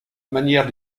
manière